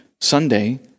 Sunday